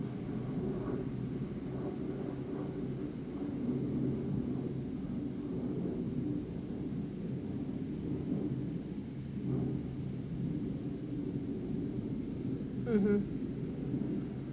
(uh huh)